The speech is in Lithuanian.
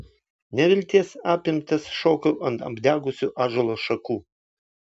nevilties apimtas šokau ant apdegusių ąžuolo šakų